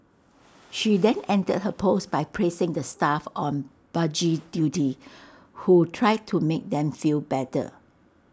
she then ended her post by praising the staff on buggy duty who tried to make them feel better